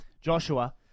Joshua